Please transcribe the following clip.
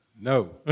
No